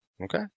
Okay